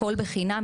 הכול בחינם.